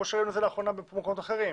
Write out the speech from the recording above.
כמו שראינו לאחרונה במקומות אחרים,